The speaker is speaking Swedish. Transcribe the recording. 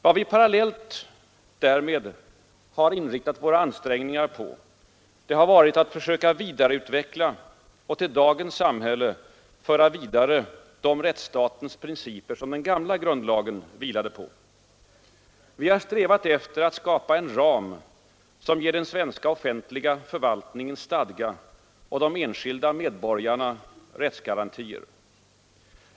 / Vad vi parallellt därmed inriktat våra ansträngningar på, har varit att söka vidareutveckla och till dagens samhälle föra vidare de rättsstatens principer som den gamla grundlagen vilade på. Vi har strävat efter att skapa en ram som ger den svenska offentliga förvaltningen stadga och de enskilda medborgarna rättsgarantier.